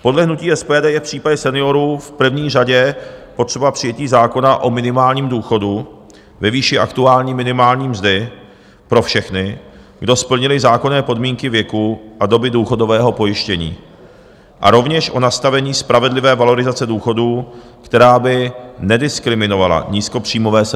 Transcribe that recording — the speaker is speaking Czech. Podle hnutí SPD je v případě seniorů v první řadě potřeba přijetí zákona o minimálním důchodu ve výši aktuální minimální mzdy pro všechny, kdo splnili zákonné podmínky věku a doby důchodového pojištění, a rovněž o nastavení spravedlivé valorizace důchodů, která by nediskriminovala nízkopříjmové seniory.